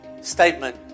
statement